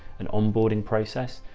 an onboarding process,